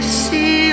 see